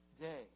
day